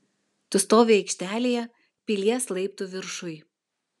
tu stovi aikštelėje pilies laiptų viršuj